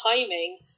timing